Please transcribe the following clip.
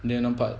they're not part